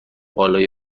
بالای